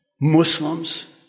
Muslims